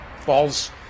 falls